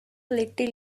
little